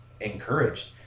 encouraged